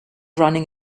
running